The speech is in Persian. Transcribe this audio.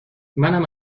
منم